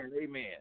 Amen